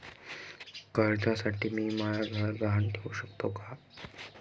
कर्जसाठी मी म्हाय घर गहान ठेवू सकतो का